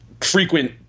frequent